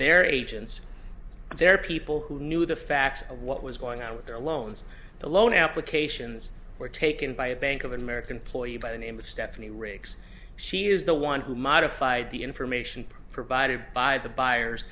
their agents their people who knew the facts of what was going on with their loans the loan applications were taken by a bank of america employee by the name of stephanie riggs she is the one who modified the information provided by the buyers